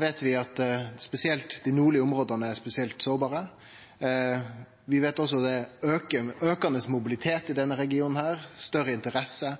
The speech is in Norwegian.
veit vi at spesielt dei nordlege områda er spesielt sårbare. Vi veit også at det er aukande mobilitet i denne regionen og større interesse,